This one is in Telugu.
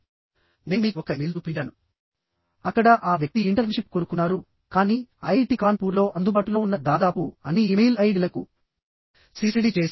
నేను మీకు ఒక ఇమెయిల్ చూపించాను అక్కడ ఆ వ్యక్తి ఇంటర్న్షిప్ కోరుకున్నారు కానీ ఐఐటి కాన్పూర్లో అందుబాటులో ఉన్న దాదాపు అన్ని ఇమెయిల్ ఐడిలకు సిసిడి చేసారు